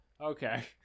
Okay